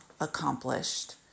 accomplished